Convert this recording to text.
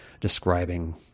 describing